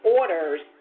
orders